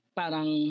parang